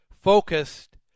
focused